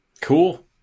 Cool